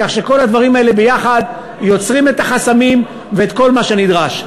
כך שכל הדברים האלה ביחד יוצרים את החסמים ואת כל מה שנדרש.